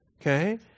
Okay